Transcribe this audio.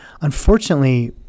Unfortunately